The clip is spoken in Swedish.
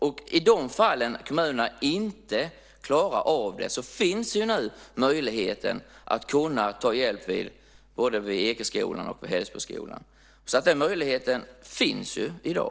Och i de fall kommunerna inte klarar av detta finns nu möjligheten att få hjälp både vid Ekeskolan och vid Hällsboskolan. Den möjligheten finns ju i dag.